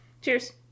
Cheers